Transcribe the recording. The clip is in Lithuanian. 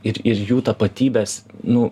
ir ir jų tapatybės nu